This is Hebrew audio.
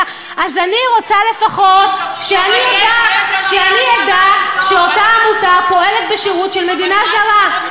אז אני רוצה לפחות לדעת שאותה עמותה פועלת בשירות של מדינה זרה.